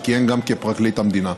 שכיהן גם כפרקליט המדינה.